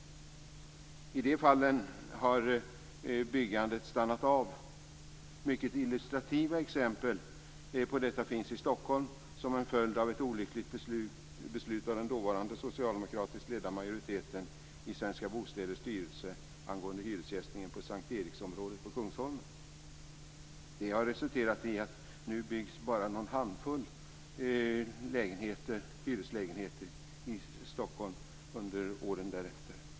I de fallen har byggandet stannat av. Mycket illustrativa exempel på detta finns i Stockholm som en följd av ett olyckligt beslut av den dåvarande socialdemokratiskt ledda majoriteten i Svenska Bostäders styrelse angående hyressättningen i S:t Eriksområdet på Kungsholmen. Det har resulterat i att det bara har byggts en handfull hyreslägenheter i Stockholm under åren därefter.